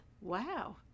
wow